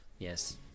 Yes